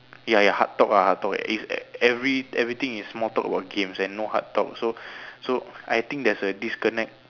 ya ya heart talk lah heart talk is at every everything is more talk about games and no heart talks so so I think there is a disconnect